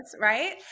Right